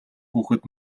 хүүхэд